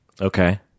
okay